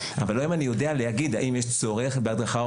אבל היום אני יודע להגיד האם יש צורך בהדרכה,